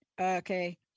Okay